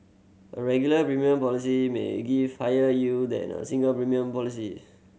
a regular premium policy may give higher yield than a single premium policy